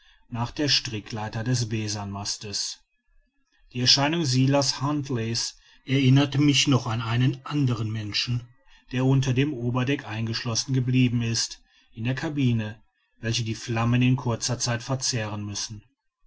nach der strickleiter des besanmastes die erscheinung silas huntly's erinnert mich noch an einen anderen menschen der unter dem oberdeck eingeschlossen geblieben ist in der cabine welche die flammen in kurzer zeit verzehren müssen